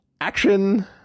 action